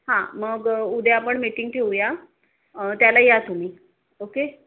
हां मग उद्या आपण मीटिंग ठेवूया त्याला या तुम्ही ओके